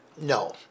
No